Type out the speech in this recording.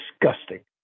disgusting